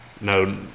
No